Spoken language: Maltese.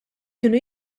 kienu